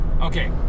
Okay